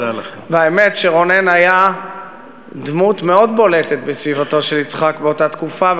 והאמת היא שרונן היה דמות מאוד בולטת בסביבתו של יצחק באותה תקופה,